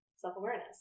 self-awareness